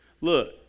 Look